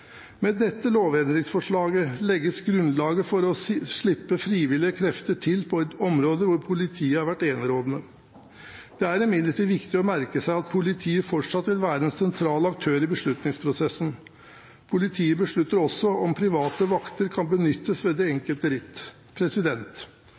Med dette lovendringsforslaget legges grunnlaget for å slippe frivillige krefter til på et område hvor politiet har vært enerådende. Det er imidlertid viktig å merke seg at politiet fortsatt vil være en sentral aktør i beslutningsprosessen. Politiet beslutter også om private vakter kan benyttes ved det enkelte ritt. En